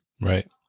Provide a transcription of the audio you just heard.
Right